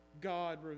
God